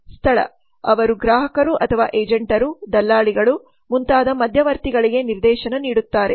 ಸ್ಥಳ ಅವರು ಗ್ರಾಹಕರು ಅಥವಾ ಏಜೆಂಟರು ದಲ್ಲಾಳಿಗಳು ಮುಂತಾದ ಮಧ್ಯವರ್ತಿಗಳಿಗೆ ನಿರ್ದೇಶನ ನೀಡುತ್ತಾರೆ